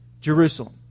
Jerusalem